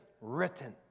written